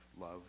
love